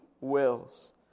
wills